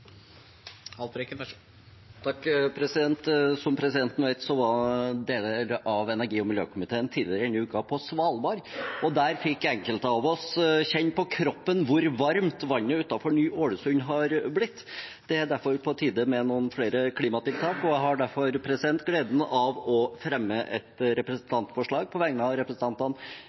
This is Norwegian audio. Som presidenten vet, var deler av energi- og miljøkomiteen tidligere denne uka på Svalbard. Der fikk enkelte av oss kjenne på kroppen hvor varmt vannet utenfor Ny-Ålesund har blitt. Det er derfor på tide med noen flere klimatiltak. Jeg har derfor gleden av å fremme et representantforslag på vegne av representantene